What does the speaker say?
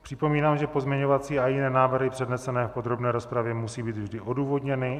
Připomínám, že pozměňovací a jiné návrhy přednesené v podrobné rozpravě musí být vždy odůvodněny.